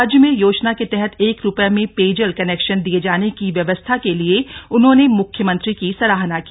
राज्य में योजना के तहत एक रुपये में पेयजल कनेक्शन दिये जाने की व्यवस्था के लिये उन्होंने मुख्यमंत्री की सराहना की